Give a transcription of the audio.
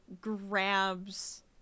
grabs